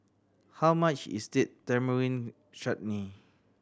how much is Date Tamarind Chutney